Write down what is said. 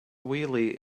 wheelie